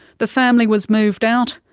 the family was moved out,